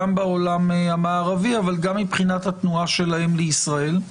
גם בעולם המערבי אבל גם מבחינת התנועה שלהם לישראל,